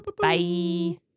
bye